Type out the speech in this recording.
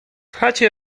chacie